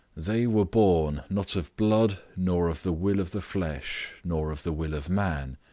they were born, not of blood, nor of the will of the flesh, nor of the will of man,